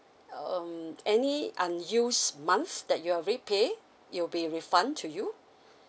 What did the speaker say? um any unused months that you're repay it'll be refund to you